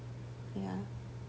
ya